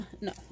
No